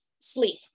sleep